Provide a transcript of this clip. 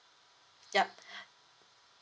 yup